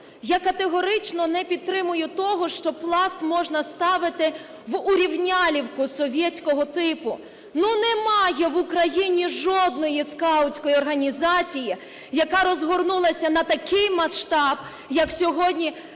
Я категорично не підтримую того, що Пласт можна ставити в урівнялівку совєтського типу. Ну, немає в Україні жодної скаутської організації, яка розгорнулася на такий масштаб, як сьогодні